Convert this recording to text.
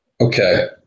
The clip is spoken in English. Okay